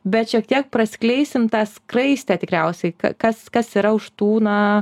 bet šiek tiek praskleisim tą skraistę tikriausiai kas kas yra už tų na